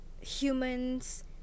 humans